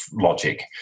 logic